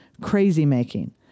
crazy-making